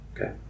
Okay